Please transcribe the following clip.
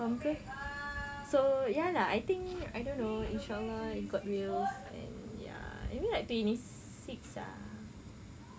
faham ke so ya lah I think I don't know in shaa allah if god wills then ya I mean like twenty six ah